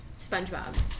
SpongeBob